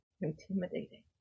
intimidating